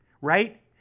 right